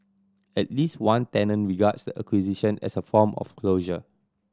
at least one tenant regards the acquisition as a form of closure